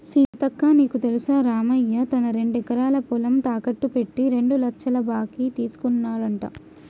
సీతక్క నీకు తెల్సా రామయ్య తన రెండెకరాల పొలం తాకెట్టు పెట్టి రెండు లచ్చల బాకీ తీసుకున్నాడంట